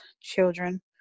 children